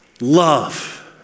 love